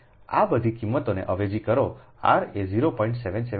આ બધી કિંમતોને અવેજી કરો r એ 0